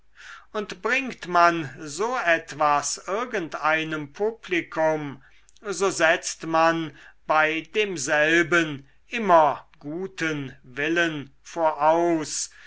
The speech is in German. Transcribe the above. und bringt man so etwas irgendeinem publikum so setzt man bei demselben immer guten willen voraus